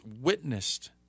witnessed